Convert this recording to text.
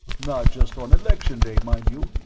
not just on election day, mind you,